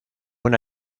una